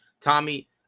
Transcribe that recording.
Tommy